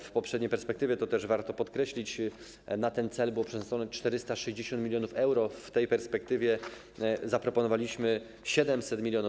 W poprzedniej perspektywie - to też warto podkreślić - na ten cel było przeznaczonych 460 mln euro, w tej perspektywie zaproponowaliśmy 700 mln.